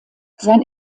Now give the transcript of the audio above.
sein